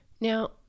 Now